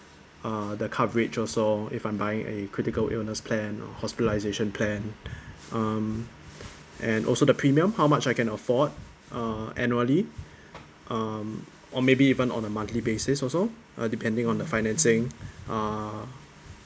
uh the coverage also if I'm buying a critical illness plan or hospitalization plan um and also the premium how much I can afford uh annually um or maybe even on a monthly basis also uh depending on the financing uh